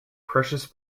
precious